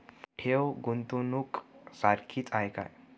ठेव, गुंतवणूक सारखीच आहे का?